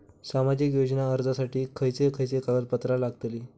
सामाजिक योजना अर्जासाठी खयचे खयचे कागदपत्रा लागतली?